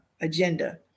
agenda